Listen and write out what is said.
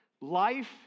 life